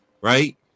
Right